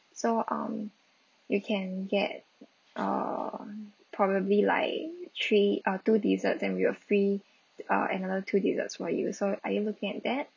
so um you can get err probably like three uh two desserts and we will free uh another two desserts for you so are you looking at that